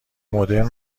مدرن